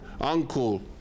uncle